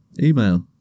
email